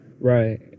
Right